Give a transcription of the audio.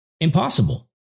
impossible